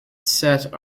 set